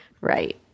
Right